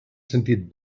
sentit